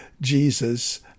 Jesus